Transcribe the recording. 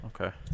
Okay